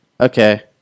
Okay